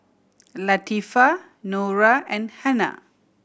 Latifa Nura and Hana